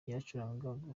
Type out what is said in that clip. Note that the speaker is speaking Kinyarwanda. yaracurangaga